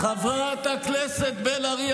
חברת הכנסת בן ארי,